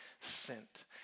sent